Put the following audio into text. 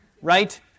right